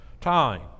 time